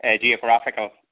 geographical